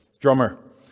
drummer